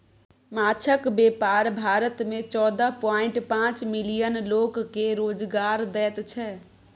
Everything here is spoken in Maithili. माछक बेपार भारत मे चौदह पांइट पाँच मिलियन लोक केँ रोजगार दैत छै